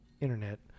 Internet